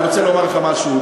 אני רוצה לומר לך משהו.